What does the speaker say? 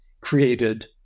created